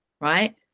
Right